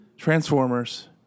Transformers